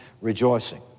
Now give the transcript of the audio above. rejoicing